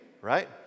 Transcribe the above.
right